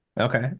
Okay